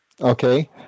Okay